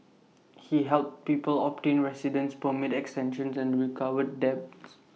he helped people obtain residence permit extensions and recovered debts